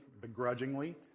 begrudgingly